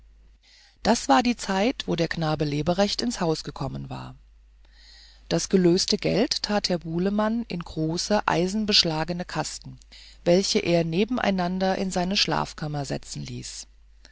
das war die zeit wo der knabe leberecht ins haus gekommen war das gelöste geld tat herr bulemann in große eisenbeschlagene kasten welche er nebeneinander in seine schlafkammer setzen ließ